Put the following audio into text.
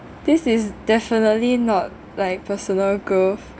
this is definitely not like personal growth